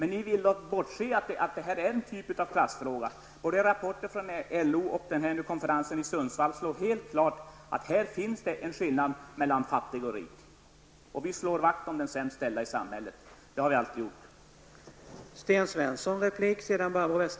Ni vill bortse från att detta är en typ av klassfråga. Rapporter både från LO och från den här konferensen i Sundsvall slår fast att det finns en skillnad mellan fattiga och rika, och vi slår vakt om de sämst ställda i samhället. Det har vi alltid gjort.